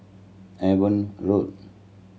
Avon Road